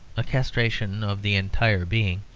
a castration of the entire being,